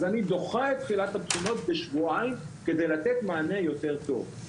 אז אני דוחה את תחילת הבחינות בשבועיים כדי לתת מענה טוב יותר.